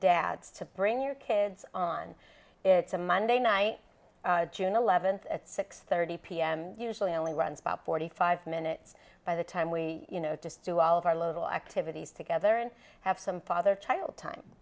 dads to bring your kids on it's a monday night june eleventh at six thirty pm usually only runs about forty five minutes by the time we you know just do all of our little activities together and have some father child time